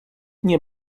nie